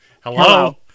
Hello